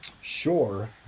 Sure